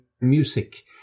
music